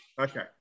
Okay